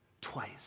Twice